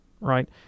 right